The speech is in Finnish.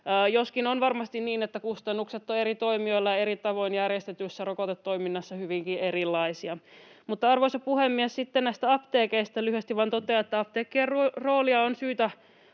joskin on varmasti niin, että kustannukset ovat eri toimijoilla eri tavoin järjestetyssä rokotetoiminnassa hyvinkin erilaisia. Arvoisa puhemies! Sitten näistä apteekeista lyhyesti vain totean, että apteekkien roolia on syytä